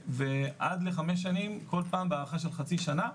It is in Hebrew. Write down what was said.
ועד לחמש שנים, כל פעם בהארכה של חצי שנה,